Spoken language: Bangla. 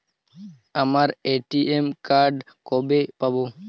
আমার এ.টি.এম কার্ড কবে পাব?